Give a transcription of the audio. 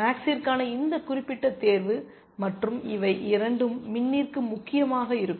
மேக்ஸ்ற்கான இந்த குறிப்பிட்ட தேர்வு மற்றும் இவை இரண்டும் மின்னிற்கு முக்கியமாக இருக்கும்